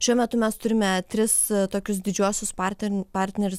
šiuo metu mes turime tris tokius didžiuosius parten partnerius